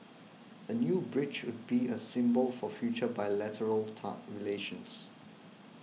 a new bridge would be a symbol for future bilateral ta relations